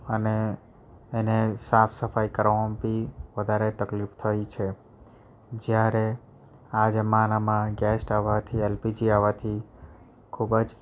અને એને સાફ સફાઈ કરવામાં ભી વધારે તકલીફ થાય છે જ્યારે આ જમાનામાં ગેસ આવવાથી એલપીજી આવવાથી ખૂબ જ